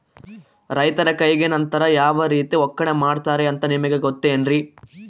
ರೈತರ ಕೈಗೆ ನಂತರ ಯಾವ ರೇತಿ ಒಕ್ಕಣೆ ಮಾಡ್ತಾರೆ ಅಂತ ನಿಮಗೆ ಗೊತ್ತೇನ್ರಿ?